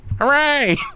hooray